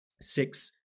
six